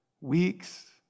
weeks